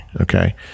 okay